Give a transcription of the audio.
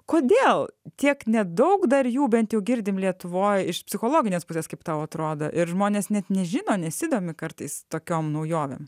kodėl tiek nedaug dar jų bent jau girdim lietuvoj iš psichologinės pusės kaip tau atrodo ir žmonės net nežino nesidomi kartais tokiom naujovėm